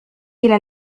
إلى